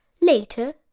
Later